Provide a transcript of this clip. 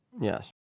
Yes